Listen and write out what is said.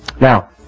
Now